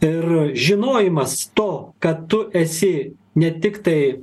ir žinojimas to kad tu esi ne tik tai